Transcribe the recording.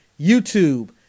YouTube